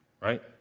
right